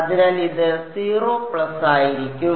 അതിനാൽ ഇത് 0 പ്ലസ് ആയിരിക്കും